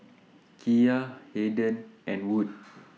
Kiya Harden and Wood